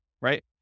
right